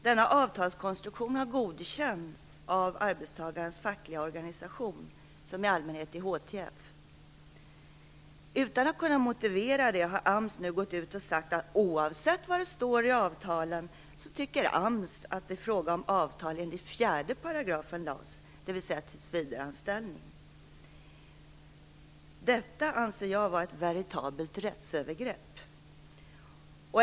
Denna avtalskonstruktion har godkänts av arbetstagarens fackliga organisation, som i allmänhet är HTF. Utan att kunna motivera det har AMS nu sagt att oavsett vad det står i avtalen tycker AMS att det är fråga om avtal enligt 4 § LAS, dvs. tills vidareanställning. Detta anser jag vara ett veritabelt rättsövergrepp.